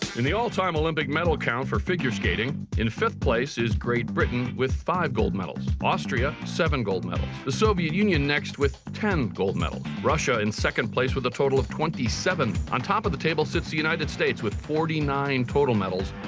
in the all-time olympic medal count for figure skating, in fifth place is great britain with five gold medals. austria seven gold medals. the soviet union next with ten gold medals. russia in second place with a total of twenty seven. on top of the table sits the united states with forty nine total medals,